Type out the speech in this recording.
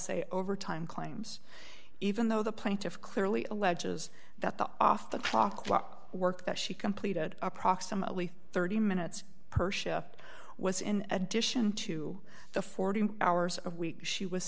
say over time claims even though the plaintiff clearly alleges that the off the talk clock work that she completed approximately thirty minutes per shift was in addition to the forty hours of week she was